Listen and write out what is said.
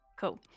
Cool